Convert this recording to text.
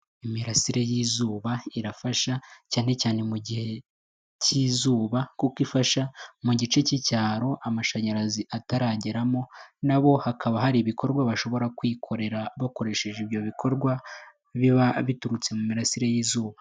Imirasire y'izuba irafasha cyane cyane mu gihe k'izuba kuko ifasha mu gice k'icyaro amashanyarazi atarageramo na bo hakaba hari ibikorwa bashobora kwikorera bakoresheje ibyo bikorwa biba biturutse mu mirasire y'izuba.